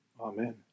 Amen